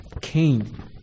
Cain